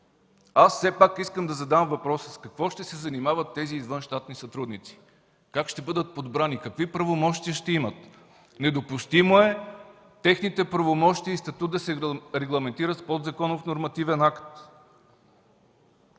Аз все пак искам да задам въпрос: с какво ще се занимават тези извънщатни сътрудници? Как ще бъдат подбрани, какви правомощия ще имат? Недопустимо е техните правомощия и статут да се регламентират с подзаконов нормативен акт.